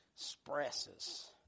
expresses